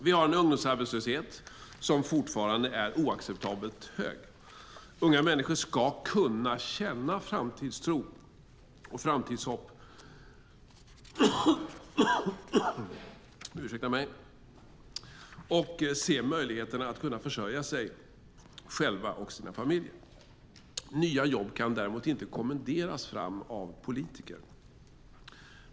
Vi har en ungdomsarbetslöshet som fortfarande är oacceptabelt hög. Unga människor ska kunna känna framtidshopp och se möjligheterna att försörja sig själva och sina familjer. Nya jobb kan dock inte kommenderas fram av politiker.